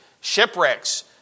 Shipwrecks